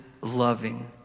loving